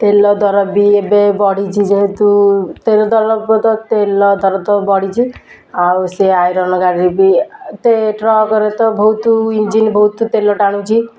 ତେଲ ଦର ବି ଏବେ ବଢ଼ିଛି ଯେହେତୁ ତେଲ ଦର ତେଲ ଦର ତ ବଢ଼ିଛି ଆଉ ସେ ଆଇରନ୍ ଗାଡ଼ିରେ ବି ଟ୍ରକ୍ରେ ତ ବହୁତ ଇଞ୍ଜିନ୍ ବହୁତ ତେଲ ଟାଣୁଛି